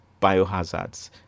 biohazards